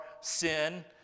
sin